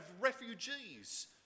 refugees